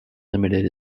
limited